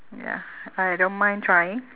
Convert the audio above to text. ya I don't mind trying